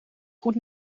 goed